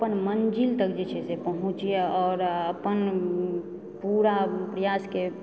अपन मञ्जिल तक जे छै से पहुँचियै और अपन पूरा प्रयासके